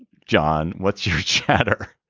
john what's your chatter